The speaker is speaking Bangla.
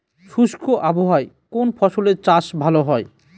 শুষ্ক আবহাওয়ায় কোন ফসলের চাষ ভালো হয়?